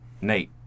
Nate